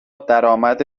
درآمد